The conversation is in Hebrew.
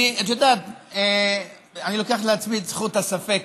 אני לוקח לעצמי את זכות הספק